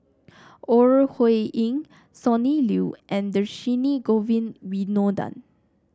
Ore Huiying Sonny Liew and Dhershini Govin Winodan